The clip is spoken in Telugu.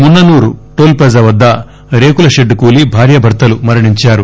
మున్ననూర్ టోల్ ప్లాజావద్ద రేకుల పెడ్దు కూలి భార్యాభర్తలు మరణించారు